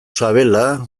sabela